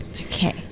okay